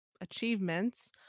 achievements